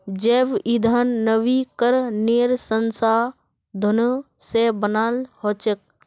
जैव ईंधन नवीकरणीय संसाधनों से बनाल हचेक